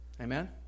Amen